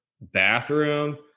bathroom